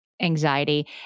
anxiety